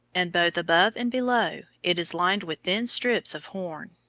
and, both above and below, it is lined with thin strips of horn.